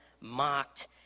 mocked